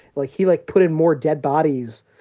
like, he, like, put in more dead bodies,